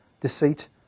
deceit